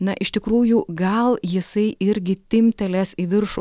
na iš tikrųjų gal jisai irgi timptelės į viršų